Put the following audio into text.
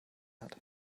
hat